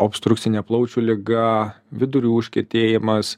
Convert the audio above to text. obstrukcinė plaučių liga vidurių užkietėjimas